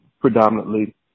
predominantly